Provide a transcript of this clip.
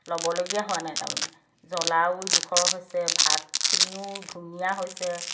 ল'বলগীয়া হোৱা নাই তাৰমানে জ্বলাও জোখৰ হৈছে ভাতখিনিও ধুনীয়া হৈছে